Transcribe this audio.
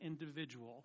individual